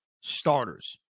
starters